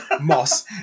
Moss